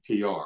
PR